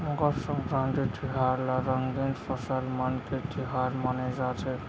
मकर संकरांति तिहार ल रंगीन फसल मन के तिहार माने जाथे